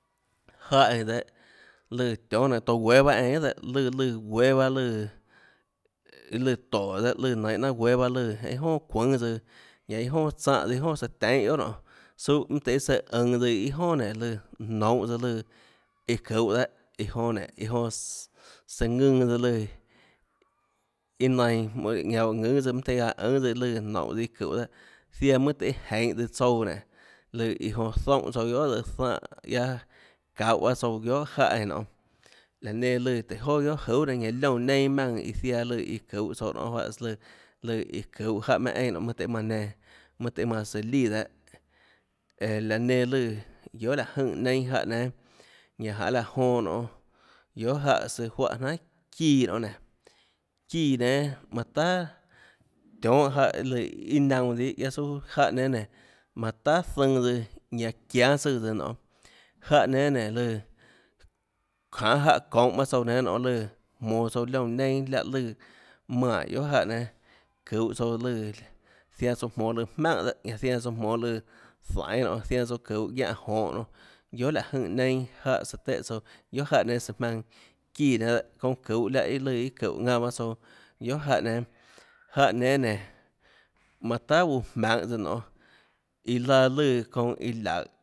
Jáhã eínã dehâ lùã tionhâ nainhå touå guéâ bahâ eínã guiohà dehâ lùã lùã guéâ bahâ lùã iâ lùã tóå dehâ lùã guéâ bahâ lùã iâ jonà çuùnâ tsøã ñanã iâ jonà tsáhã tsøã iâ jonà søã teinhê guiohà nonê suâ mønâ tøhê søã ønå tsøã iâ jonà nénå lùã nounhå tsøã lùã iã çuhå dehâ iã jonã nénå iã jonã søã ønå søã ðønã tsøã lùã iâ nainã ñanã oå ðùnâ tsøã lùã noúnhå tsøã iã çúhå dehâ ziaã mønâ tøhê jeinhå tsøã tsouã nénå lùã iã jonã zoúnhã tsouã guiohà tsøã zoúnhã guiahâ çauhå tsouã guiohà jáhã nonê laã nenã lùã tùhå joà guiohà juhà nenã ñanã liónã neinâ maùnã iã ziaã lùã çuhå tsouã nionê juáhãs lùã lùã iã çuhå jáhã meinhã nionê mønâ tøhê manã nenã mønâ tøhê manã søã líã dehâ eå laã nenã lùã guiohà áhå jønê neinâ jáhã nénâ ñanã janê laã jonã nionê guiohà jáhã søã juáhã jnanhà çíã nionê nénå çíã nénâ tahà tionhâ jáhã lùã iâ naunã dihâ guiaâ suâ jáhã nénâ manã tahà zønã tsøã ñanã çiánâ tsùã tsøã nionê jáhã nénâ lùã janê jáhã çounhå paâ tsouã nénâ nonê lùã jomnã tsouã liónã neinâ láhã lùã manè guiohà jáhã nénâ çuhå tsouã ùã zainã tsouã jmonå maùnhà dehâ ñanã zianã tsouã jmonå lùã zainê ñanã zianã tsouã çuhå guiánhã jonhå nonê guiohà láhå jønè neinâ jáhã tùhã tsouã guiohà jáhã nénâ søã jmaønã çíã nénâ çounã çuhå láhã lùã iâ çúhå paâ tsouã guiohà jáhã nénâ jáhã nénâ nénå manã tahà guã jmaønhå nionê iã laã lùã çounã iã laùhå